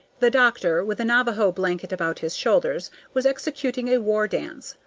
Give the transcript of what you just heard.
the doctor, with a navajo blanket about his shoulders, was executing a war dance,